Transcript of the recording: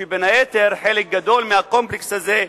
בין היתר, חלק גדול מהקומפלקס הזה,